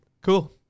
cool